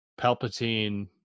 Palpatine